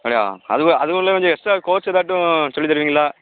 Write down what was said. அப்படியா அதுவா அதுக்குள்ளே கொஞ்சம் எக்ஸ்ட்ரா கோர்ஸ் எதாட்டும் சொல்லித் தருவீங்களா